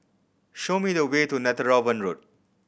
show me the way to Netheravon Road